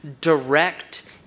direct